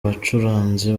bacuranzi